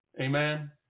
Amen